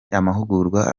amahugurwa